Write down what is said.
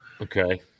Okay